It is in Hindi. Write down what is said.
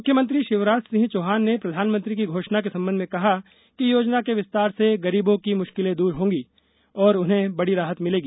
मुख्यमंत्री शिवराज सिंह चौहान ने प्रधानमंत्री की घोषणा के संबंध में कहा कि योजना के विस्तार से गरीबों की मुश्किलें दूर होंगी और उन्हें बड़ी राहत मिलेंगी